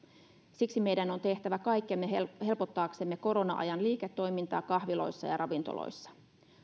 siksi meidän on tehtävä kaikkemme helpottaaksemme korona ajan liiketoimintaa kahviloissa ja ravintoloissa